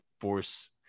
Force